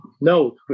No